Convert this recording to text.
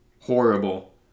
Horrible